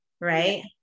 Right